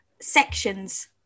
sections